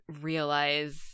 realize